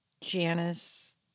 Janice